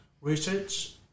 research